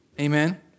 Amen